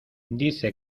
dice